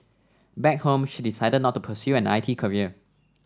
back home she decided not to pursue an I T career